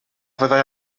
fyddai